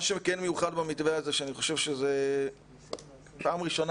מה שכן מיוחד במתווה הזה הוא שאני חושב שזו פעם ראשונה